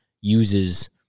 uses